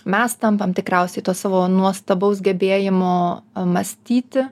mes tampam tikriausiai tuo savo nuostabaus gebėjimo mąstyti